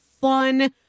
fun